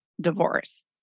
divorce